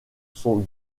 sont